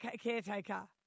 caretaker